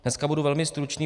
Dneska budu velmi stručný.